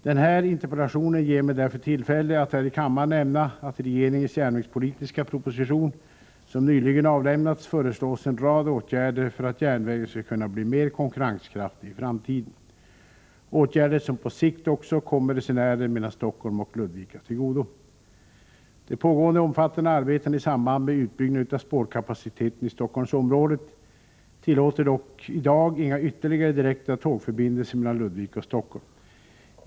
Den här interpellationen ger mig därför tillfälle att här i kammaren nämna att det i regeringens järnvägspolitiska proposition, som nyligen avlämnats, föreslås en rad åtgärder för att järnvägen skall kunna bli mer konkurrenskraftig i framtiden — åtgärder som på sikt också kommer resenärer mellan Stockholm och Ludvika till godo. De pågående omfattande arbetena i samband med utbyggnaden av spårkapaciteten i Stockholmsområdet tillåter dock i dag inga ytterligare direkta tågförbindelser mellan Ludvika och Stockholm.